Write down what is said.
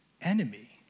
enemy